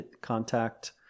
contact